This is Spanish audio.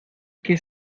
que